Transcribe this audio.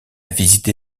visité